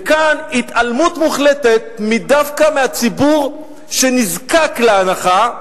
וכאן, התעלמות מוחלטת דווקא מהציבור שנזקק להנחה.